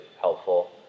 helpful